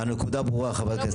התשובה ברורה.